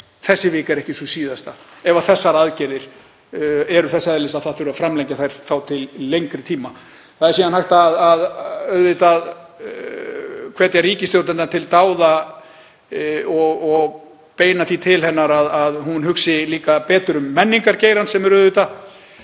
þessi vika er ekki sú síðasta, ef þessar aðgerðir eru þess eðlis að það þurfi að framlengja þær til lengri tíma. Það er síðan hægt að hvetja ríkisstjórnina til dáða og beina því til hennar að hún hugsi líka betur um menningargeirann sem er annar